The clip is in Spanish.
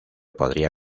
podría